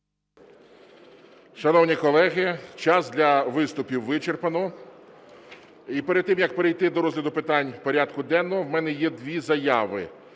Шановні колеги, час для виступів вичерпано. І перед тим, як перейти до розгляду питань порядку денного, в мене є дві заяви: